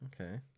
Okay